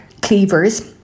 cleavers